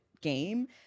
game